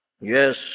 Yes